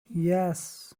yes